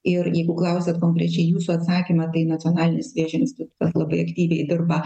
ir jeigu klausiat konkrečiaiį jūsų atsakymą tai nacionalinis vėžio institutas labai aktyviai dirba